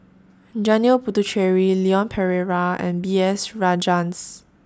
Janil Puthucheary Leon Perera and B S Rajhans